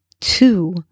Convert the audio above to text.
two